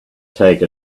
take